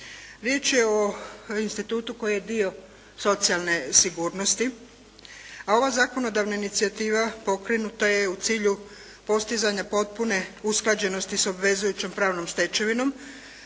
Riječ je o institutu koji je dio socijalne sigurnosti, a ova zakonodavna inicijativa pokrenuta je u cilju postizanja potpune usklađenosti s obvezujućom pravnom stečevinom